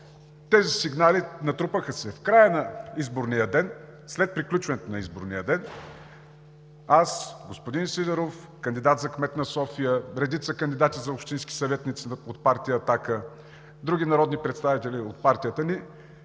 тези сигнали. В края на изборния ден, след приключването на изборния ден, аз, господин Сидеров – кандидат за кмет на София, редица кандидати за общински съветници от партия „Атака“, други народни представители от партията ни,